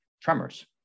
tremors